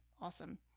awesome